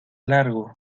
largo